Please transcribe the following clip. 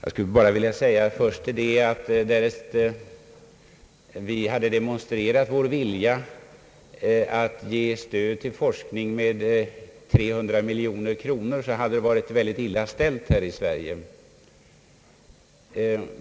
Till detta vill jag först säga, att därest vi hade demonstrerat vår vilja att ge stöd till forskning genom att anslå 300 miljoner kronor, så hade det varit väldigt illa ställt här i Sverige.